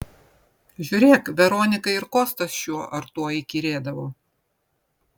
žiūrėk veronikai ir kostas šiuo ar tuo įkyrėdavo